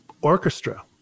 Orchestra